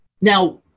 Now